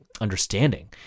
understanding